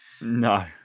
No